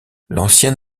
l’ancien